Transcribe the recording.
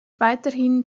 weiterhin